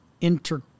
inter